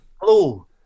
Hello